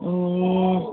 ए